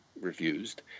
refused